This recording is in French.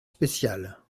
spéciale